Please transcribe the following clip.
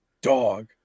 dog